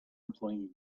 employees